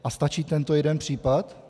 A stačí tento jeden případ?